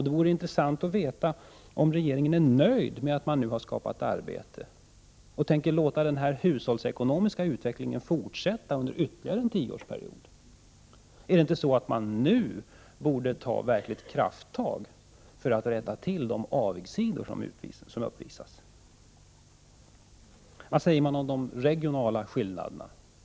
Det vore intressant att veta om regeringen är nöjd med att man nu har skapat arbete och tänker låta den hushållsekonomiska utvecklingen fortsätta under ytterligare en tioårsperiod. Borde man inte nu ta verkliga krafttag för att rätta till de avigsidor som uppvisas? Vad säger man om de regionala skillnaderna?